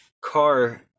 car